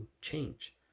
change